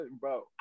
bro